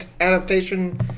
adaptation